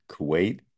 Kuwait